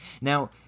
Now